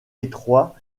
étroit